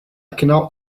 cannot